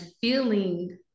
feeling